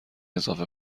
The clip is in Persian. اضافه